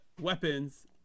weapons